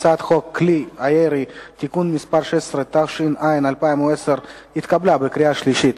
הצעת חוק כלי הירייה (תיקון מס' 16) התקבלה בקריאה שלישית.